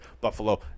Buffalo